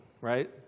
right